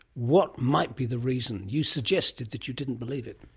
what might be the reason? you suggested that you didn't believe it.